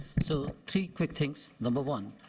so three quick things. number one,